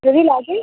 যদি লাগে